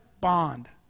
bond